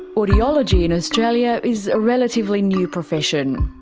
audiology in australia is a relatively new profession.